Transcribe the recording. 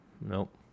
Nope